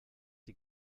die